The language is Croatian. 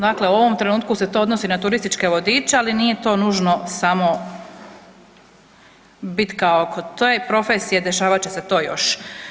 Dakle, u ovom trenutku se to odnosi na turističke vodiče, ali nije to nužno samo bitka oko te profesije, dešavat će se to još.